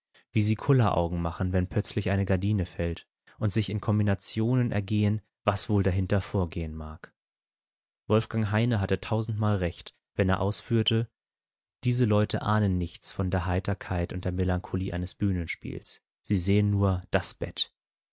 wie sie kulleraugen machen wenn plötzlich eine gardine fällt und sich in kombinationen ergehen was wohl dahinter vorgehen mag wolfgang heine hatte tausendmal recht wenn er ausführte diese leute ahnen nichts von der heiterkeit und der melancholie eines bühnenspiels sie sehen nur das bett